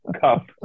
cup